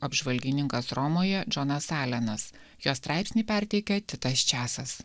apžvalgininkas romoje džonas alenas jo straipsnį perteikia titas česas